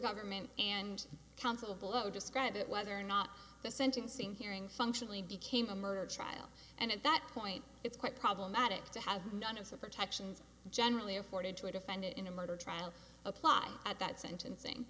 government and council below describe it whether or not the sentencing hearing functionally became a murder trial and at that point it's quite problematic to have none of the protections generally afforded to a defendant in a murder trial apply at that sentencing